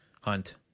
hunt